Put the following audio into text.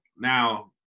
Now